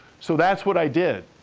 so, that's what i did.